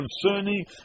concerning